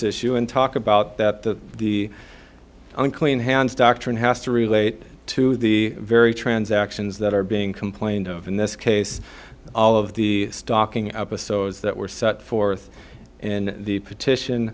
issue in talk about that the unclean hands doctrine has to relate to the very transactions that are being complained of in this case all of the stocking episodes that were set forth in the petition